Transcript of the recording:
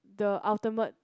the ultimate